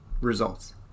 results